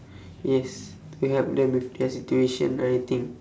yes to help them with their situation I think